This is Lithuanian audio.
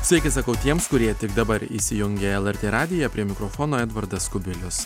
sveiki sakau tiems kurie tik dabar įsijungė lrt radiją prie mikrofono edvardas kubilius